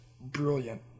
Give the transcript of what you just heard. brilliant